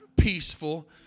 peaceful